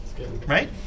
Right